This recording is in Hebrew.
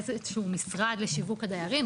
איזשהו משרד לשיווק הדיירים,